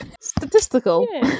Statistical